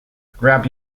grab